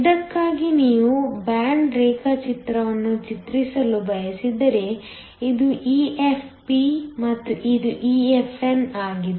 ಇದಕ್ಕಾಗಿ ನೀವು ಬ್ಯಾಂಡ್ ರೇಖಾಚಿತ್ರವನ್ನು ಚಿತ್ರಿಸಲು ಬಯಸಿದರೆ ಇದು EFp ಮತ್ತು ಇದು EFn ಆಗಿದೆ